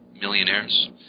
millionaires